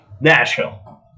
Nashville